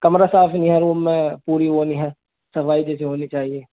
کمرہ صاف ہی نہیں ہے روم میں پوری وہ نہیں ہے صفائی جیسی ہونی چاہیے